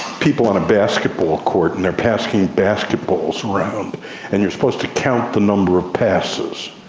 people on a basketball court and they are passing basketballs around and you're supposed to count the number of passes,